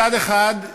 מצד אחד,